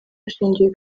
hashingiwe